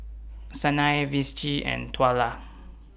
Sanai Vicie and Twyla